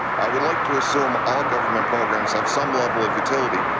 i would like to assume all government programs have some level of utility,